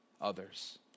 others